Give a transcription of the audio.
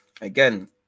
Again